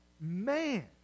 man